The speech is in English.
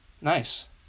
Nice